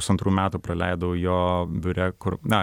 pusantrų metų praleidau jo biure kur na